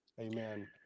Amen